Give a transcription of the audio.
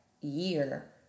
year